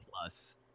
plus